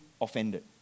offended